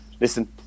listen